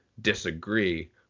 disagree